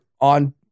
on